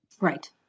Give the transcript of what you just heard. Right